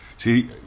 See